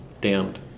damned